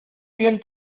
bien